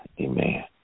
Amen